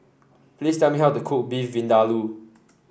please tell me how to cook Beef Vindaloo